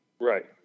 Right